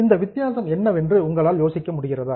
இந்த வித்தியாசம் என்ன என்று உங்களால் யோசிக்க முடியுமா